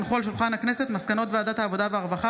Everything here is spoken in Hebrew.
הונחו על שולחן הכנסת מסקנות ועדת העבודה והרווחה